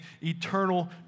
eternal